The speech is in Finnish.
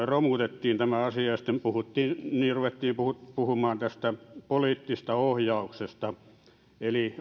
romutettiin tämä asia ja sitten ruvettiin puhumaan tästä poliittisesta ohjauksesta eli